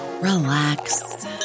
relax